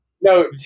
no